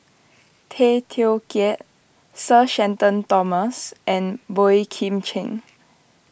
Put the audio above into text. Tay Teow Kiat Sir Shenton Thomas and Boey Kim Cheng